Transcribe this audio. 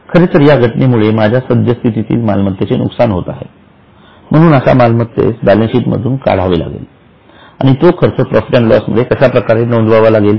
खरेतर या घटनेमुळे माझ्या सद्यस्थितीतील मालमत्तेचे नुकसान होत आहे म्हणूनच अशा मालमत्तेस बॅलन्स शीट मधून काढावे लागेल आणि तो खर्च प्रॉफिट अँड लॉस मध्ये कशाप्रकारे नोंदवावा लागेल